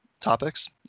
topics